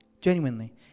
genuinely